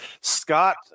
Scott